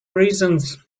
reasons